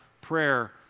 Prayer